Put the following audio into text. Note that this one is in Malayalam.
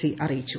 സി അറിയിച്ചു